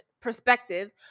perspective